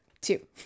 Two